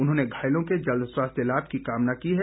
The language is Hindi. उन्होंने घायलों के जल्द स्वास्थ्य लाभ की कामना की है